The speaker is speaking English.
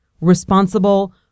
responsible